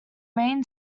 main